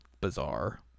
bizarre